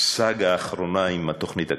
לסאגה האחרונה עם התוכנית הכלכלית.